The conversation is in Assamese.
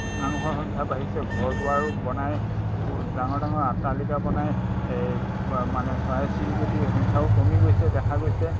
মানুহৰ সংখ্যা বাঢ়িছে ঘৰ দুৱাৰো বনাই ডাঙৰ ডাঙৰ আট্টালিকা বনাই মানে চৰাই চিৰিকটিৰ সংখ্যাও কমি গৈছে দেখা গৈছে